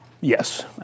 Yes